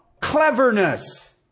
Cleverness